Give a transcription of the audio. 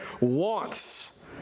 wants